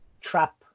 trap